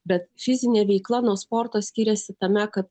bet fizinė veikla nuo sporto skiriasi tame kad